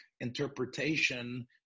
interpretation